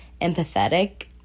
empathetic